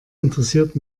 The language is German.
interessiert